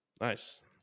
Nice